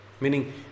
meaning